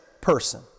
person